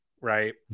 Right